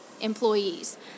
employees